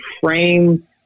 frame